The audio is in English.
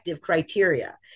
criteria